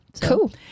cool